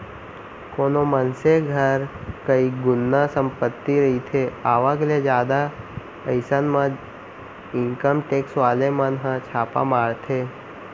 कोनो मनसे घर कई गुना संपत्ति रहिथे आवक ले जादा अइसन म इनकम टेक्स वाले मन ह छापा मारथे